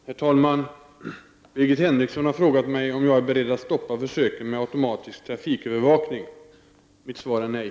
Herr talman! Birgit Henriksson har frågat mig om jag är beredd att stoppa försöken med automatisk trafikövervakning. Mitt svar är nej.